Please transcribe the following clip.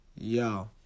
Yo